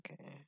okay